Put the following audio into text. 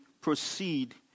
proceed